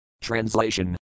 Translation